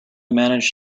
manage